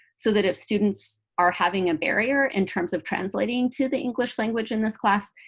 so that if students are having a barrier in terms of translating to the english language in this class,